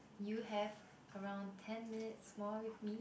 you have around ten minutes more with me